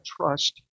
trust